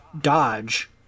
dodge